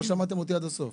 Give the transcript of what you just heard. לא שמעתם אותי עד הסוף.